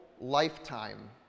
lifetime